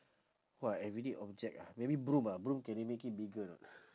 !wah! everyday object ah maybe broom ah broom can you make it bigger or not